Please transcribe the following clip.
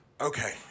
Okay